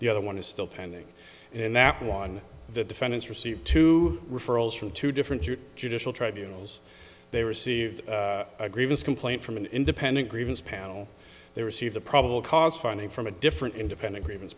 the other one is still pending in that one the defendant's received two referrals from two different judicial tribunals they received a grievance complaint from an independent grievance panel they receive the probable cause finding from a different independent grievance